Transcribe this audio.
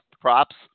props